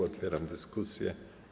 Otwieram dyskusję.